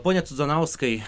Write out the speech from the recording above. pone cuzanauskai